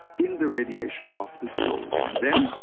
in the radiation of the soul, and then,